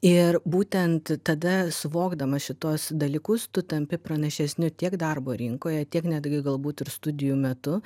ir būtent tada suvokdamas šituos dalykus tu tampi pranašesniu tiek darbo rinkoje tiek netgi galbūt ir studijų metu